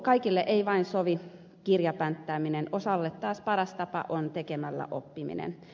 kaikille ei vain sovi kirjapänttääminen osalle taas paras tapa on tekemällä oppiminen